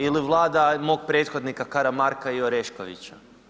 Ili Vlada mog prethodnika Karamarka i Oreškovića.